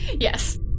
Yes